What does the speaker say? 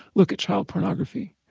look at child pornography.